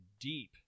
deep